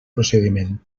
procediment